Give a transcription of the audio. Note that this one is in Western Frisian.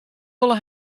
wolle